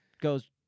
goes